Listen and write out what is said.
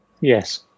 Yes